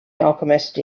alchemist